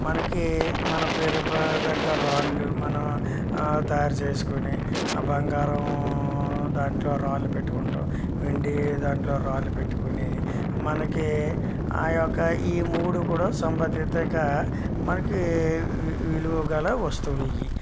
మనకి మన పేరుకు తగ్గ రాళ్ళు మన తయారు చేసుకునే బంగారం దాంట్లో రాళ్ళు పెట్టుకుంటాం వెండి దాంట్లో రాళ్ళు పెట్టుకుని మనకి ఆ యొక్క ఈ మూడు కూడా సంబంధితంగా మనకి వి విలువ గల వస్తువులు ఇవి